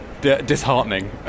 disheartening